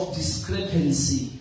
discrepancy